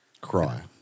Cry